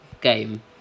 game